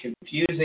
confusing